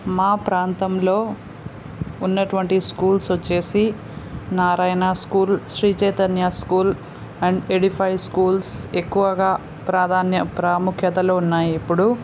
మా ప్రాంతంలో ఉన్నటువంటి స్కూల్స్ వచ్చి Narayana school Sri Chaitanya school and Edify schools ఎక్కువగా ప్రాధాన్య ప్రాముఖ్యతలో ఉన్నాయి ఇప్పుడు